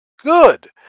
Good